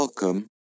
Welcome